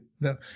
no